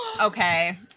okay